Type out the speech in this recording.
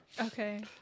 Okay